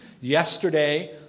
yesterday